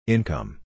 Income